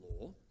law